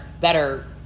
better